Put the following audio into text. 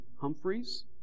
Humphreys